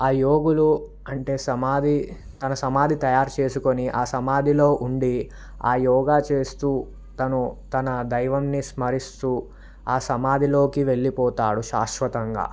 ఆ యోగులు అంటే సమాధి తన సమాధి తయారు చేసుకొని ఆ సమాధిలో ఉండి ఆ యోగా చేస్తూ తను తన దైవాన్ని స్మరిస్తూ ఆ సమాధిలోకి వెళ్ళిపోతాడు శాశ్వతంగా